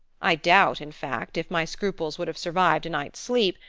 i doubt, in fact, if my scruples would have survived a night's sleep,